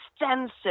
extensive